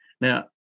Now